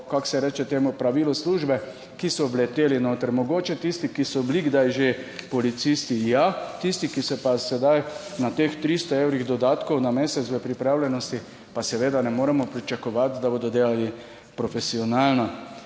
kako se reče temu, pravilu službe, ki so leteli noter, mogoče tisti, ki so bili kdaj že policisti, ja. Tisti, ki se pa sedaj na teh 300 evrih dodatkov na mesec v pripravljenosti, pa seveda ne moremo pričakovati, da bodo delali profesionalno.